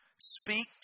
speak